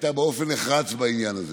הייתה נחרצת בעניין הזה.